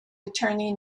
attorney